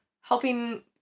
helping